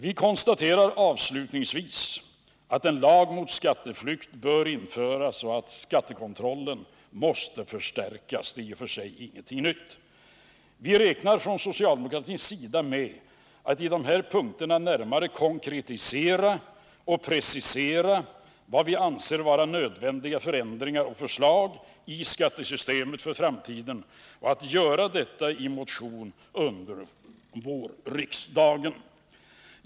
Vi konstaterar avslutningsvis att en lag mot skatteflykt bör införas och att skattekontrollen måste förstärkas, och det är i och för sig ingenting nytt. Vi räknar från socialdemokratins sida med att i en motion under våren i de här punkterna närmare konkretisera och precisera vad vi anser vara nödvändiga förändringar och förslag i skattesystemet för framtiden. Herr talman!